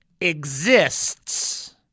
exists